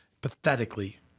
pathetically